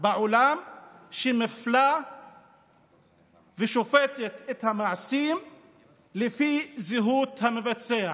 בעולם שמפלה ושופטת את המעשים לפי זהות המבצע.